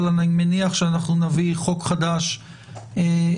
אבל אני מניח שאנחנו נביא חוק חדש בנעליו.